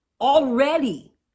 already